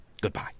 Goodbye